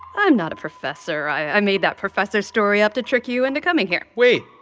i'm not a professor. i made that professor story up to trick you into coming here wait.